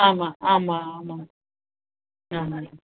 ஆமாம் ஆமாம் ஆமாம் ஆமாங்க